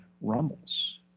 rumbles